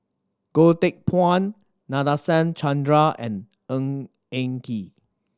Goh Teck Phuan Nadasen Chandra and Ng Eng Kee